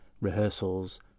rehearsals